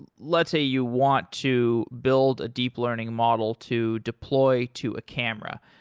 let's say, you want to build a deep learning model to deploy to a camera.